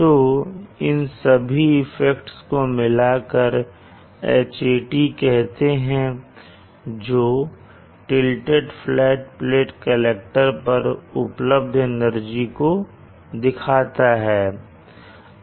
तो इन सभी इफेक्ट्स को मिलाकर Hat कहते हैं जो टिलडेट फ्लैट प्लेट कलेक्टर पर उपलब्ध एनर्जी को दिखाता है